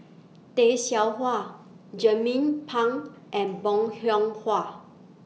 Tay Seow Huah Jernnine Pang and Bong Hiong Hua